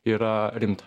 yra rimta